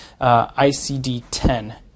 ICD-10